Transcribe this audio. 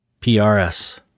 PRS